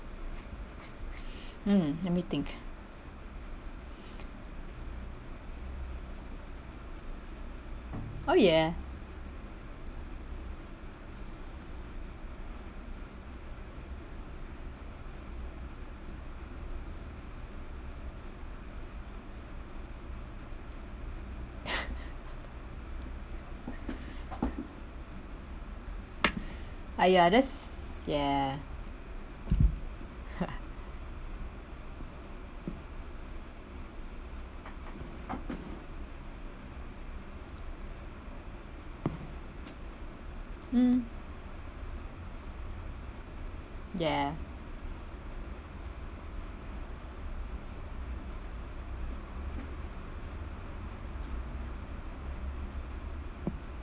mm let me think oh ya !aiya! that's ya mm ya